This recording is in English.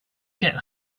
get